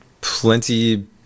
plenty